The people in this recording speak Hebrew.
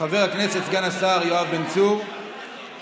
חבר הכנסת סגן השר יואב בן צור כתומך.